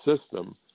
system